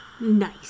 Nice